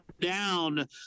down